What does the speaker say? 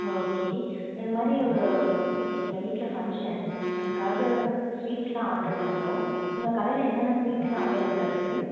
ஆ okay இதுமாதிரி ஒரு எங்கள் வீட்டில் ஃபங்க்ஷன் அதுக்காக ஸ்வீட்ஸெலாம் ஆர்ட்ரு பண்ணணும் உங்கள் கடையில் என்னென்ன ஸ்வீட்ஸெலாம் அவைலபிள்லாக இருக்குது